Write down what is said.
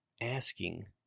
asking